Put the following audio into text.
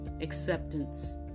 acceptance